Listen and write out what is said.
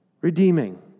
Redeeming